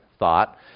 thought